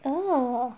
oh